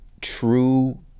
true